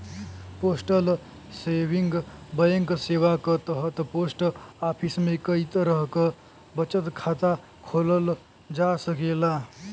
postal saving bank सेवा क तहत पोस्ट ऑफिस में कई तरह क बचत खाता खोलल जा सकेला